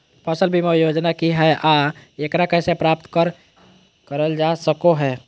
फसल बीमा योजना की हय आ एकरा कैसे प्राप्त करल जा सकों हय?